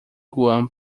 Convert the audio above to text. guam